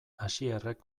asierrek